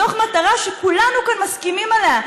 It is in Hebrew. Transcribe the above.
מתוך מטרה שכולנו כאן מסכימים עליה,